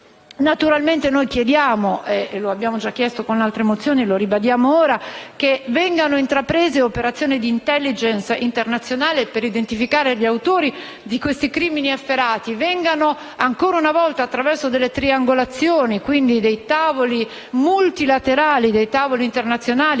Naturalmente chiediamo - lo abbiamo già fatto con altre mozioni e lo ribadiamo ora - che vengano intraprese operazioni di *intelligence* internazionale per identificare gli autori di questi crimini efferati e che ancora una volta si dia luogo a delle triangolazioni, a tavoli multilaterali internazionali